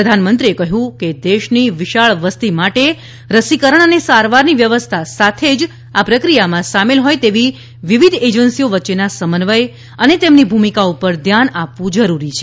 પ્રધાનમંત્રીએ કહ્યું કે દેશની વિશાળ વસતી માટે રસીકરણ અને સારવારની વ્યવસ્થા સાથે જ આ પ્રક્રિયામાં સામેલ હોય તેવી વિવિધ એજન્સીઓ વચ્ચેના સમન્વય અને તેમની ભૂમિકા ઉપર ધ્યાન આપવું જરૂરી છે